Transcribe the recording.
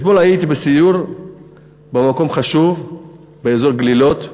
אתמול הייתי בסיור במקום חשוב, באזור גלילות.